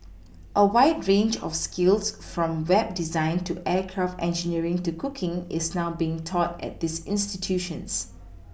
a wide range of skills from web design to aircraft engineering to cooking is now being taught at these institutions